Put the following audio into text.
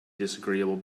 disagreeable